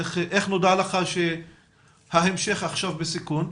איך נודע לך שההמשך עכשיו בסיכון?